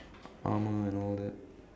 armour and all that